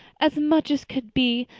as much as could be.